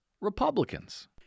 Republicans